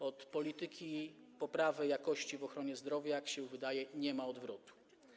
Od polityki poprawy jakości w ochronie zdrowia, jak się wydaje, nie ma odwrotu.